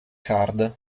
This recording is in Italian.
card